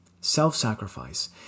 Self-sacrifice